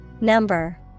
Number